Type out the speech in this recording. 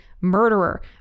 murderer